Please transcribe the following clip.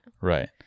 Right